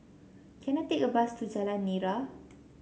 can I take a bus to Jalan Nira